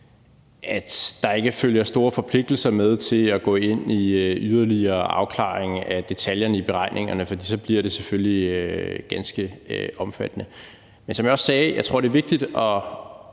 at der ikke følger store forpligtelser med til at gå ind i yderligere afklaring af detaljerne i beregningerne, for så bliver det selvfølgelig ganske omfattende. Men som jeg også sagde, tror jeg, det er vigtigt at